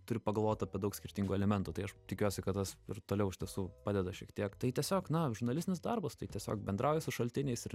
turi pagalvot apie daug skirtingų elementų tai aš tikiuosi kad tas ir toliau iš tiesų padeda šiek tiek tai tiesiog na žurnalistinis darbas tai tiesiog bendrauji su šaltiniais ir